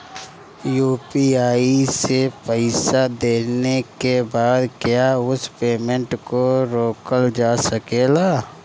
UPI से पईसा देने के बाद क्या उस पेमेंट को रोकल जा सकेला?